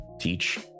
teach